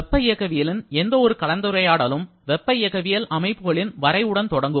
வெப்ப இயக்கவியலின் எந்த ஒரு கலந்துரையாடலும் வெப்ப இயக்கவியல் அமைப்புகளின் வரைவுடன் தொடங்கும்